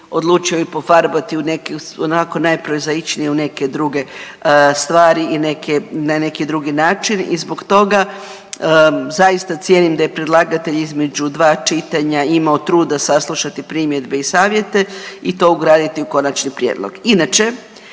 odlučio i pofarbao u neki, onako, najprozaičniju neke druge stvari i na neki drugi način i zbog toga zaista cijenim da je predlagatelj između 2 čitanja imao truda saslušati primjedbe i savjete i to ugraditi u Konačni prijedlog.